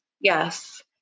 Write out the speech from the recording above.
Yes